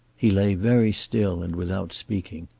he lay very still and without speaking.